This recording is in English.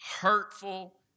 hurtful